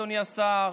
אדוני השר,